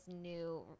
new